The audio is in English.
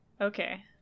Okay